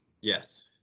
yes